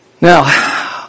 Now